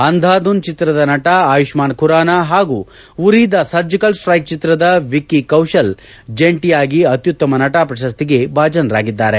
ಅಂಧಾಧುನ್ ಚಿತ್ರದ ನಟ ಆಯುಷ್ಮಾನ್ ಖುರಾನ ಹಾಗೂ ಉರಿ ದಿ ಸರ್ಜಕಲ್ ಸ್ಟೈಕ್ ಚಿತ್ರದ ವಿಕ್ಕಿ ಕೌಶಲ್ ಜಂಟಯಾಗಿ ಅತ್ಯುತ್ತಮ ನಟ ಪ್ರಶಸ್ತಿಗೆ ಭಾಜನರಾಗಿದ್ದಾರೆ